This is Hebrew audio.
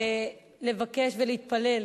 ולבקש ולהתפלל,